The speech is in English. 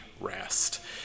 rest